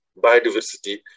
biodiversity